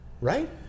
right